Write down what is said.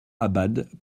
abad